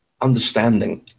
understanding